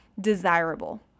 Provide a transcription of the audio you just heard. desirable